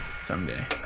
Someday